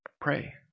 Pray